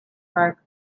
parked